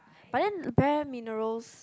but then Bare Minerals